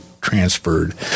transferred